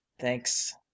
Thanks